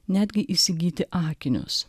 netgi įsigyti akinius